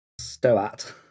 stoat